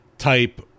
type